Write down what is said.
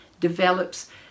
develops